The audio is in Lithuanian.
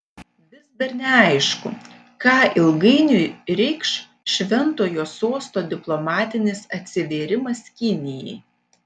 vis dar neaišku ką ilgainiui reikš šventojo sosto diplomatinis atsivėrimas kinijai